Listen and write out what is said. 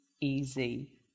easy